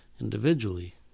individually